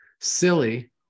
silly